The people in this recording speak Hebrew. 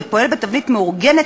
ופועל בתבנית מאורגנת,